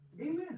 Amen